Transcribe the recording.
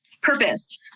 purpose